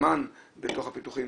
המשמעות של הזמן בתוך הפיתוחים.